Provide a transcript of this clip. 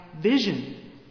vision